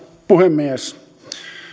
puhemies